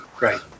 Right